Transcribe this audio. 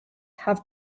have